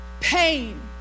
Pain